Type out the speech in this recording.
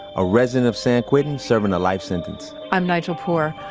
a resident of san quentin serving a life sentence i'm nigel poor.